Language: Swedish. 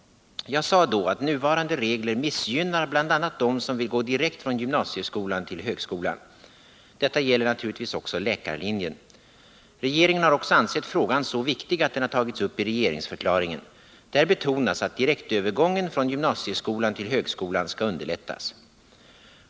Jag sade då att nuvarande regler missgynnar bl.a. dem som vill gå direkt från gymnasieskolan till högskolan. Detta gäller naturligtvis också läkarlinjen. Regeringen har också ansett frågan så viktig att den har tagits upp i regeringsförklaringen. Där betonas att direktövergången från gymnasieskolan till högskolan skall underlättas.